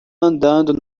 andando